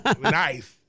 nice